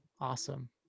awesome